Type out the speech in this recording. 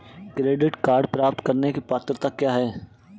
Credit card प्राप्त करने की पात्रता क्या है?